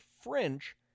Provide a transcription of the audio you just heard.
French